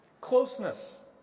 closeness